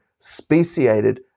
speciated